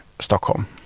Stockholm